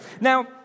Now